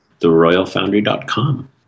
TheRoyalFoundry.com